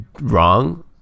wrong